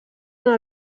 una